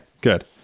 good